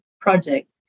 project